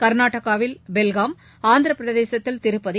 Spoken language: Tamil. கர்நாடகாவில் பெல்காம் ஆந்திரபிரதேசத்தில் திருப்பதி